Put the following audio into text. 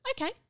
Okay